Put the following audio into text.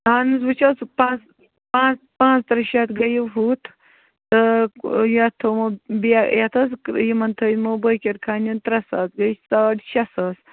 اہن حظ وٕچھ حظ ژٕ پانٛژھ پانٛژھ پانٛژھ تٕرٛہ شَتھ گٔیِو ہُتھ تہٕ یَتھ تھومو بے یَتھ حظ یِمن تھٲیمو بٲگِرکھنٮ۪ن ترٛےٚ ساس گٔے ساڑ شےٚ ساس